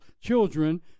children